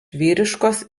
vyriškos